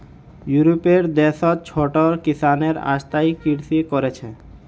यूरोपीय देशत छोटो किसानो स्थायी कृषि कर छेक